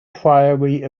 priory